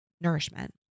nourishment